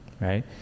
right